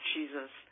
Jesus